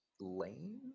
Lane